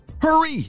Hurry